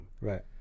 right